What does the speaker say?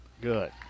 Good